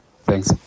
Thanks